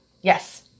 Yes